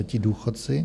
Ti důchodci?